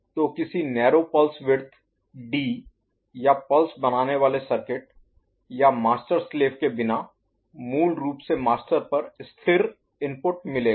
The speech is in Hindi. तो किसी नैरो पल्स विड्थ ड़ी या पल्स बनाने वाले सर्किट या मास्टर स्लेव के बिना मूल रूप से मास्टर पर स्थिर इनपुट मिलेगा